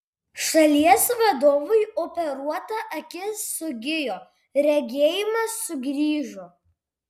šalies vadovui operuota akis sugijo regėjimas sugrįžo